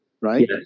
right